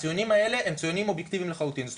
הציונים האלה הם אובייקטיביים לחלוטין,